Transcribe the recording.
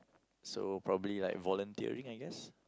so probably like volunteering I guess